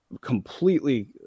completely